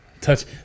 touch